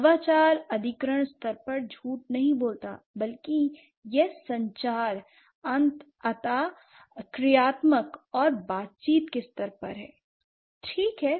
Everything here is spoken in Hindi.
नवाचार अधिग्रहण स्तर पर झूठ नहीं बोलता है बल्कि यह संचार अंतःक्रियात्मक और बातचीत के स्तर पर है ठीक है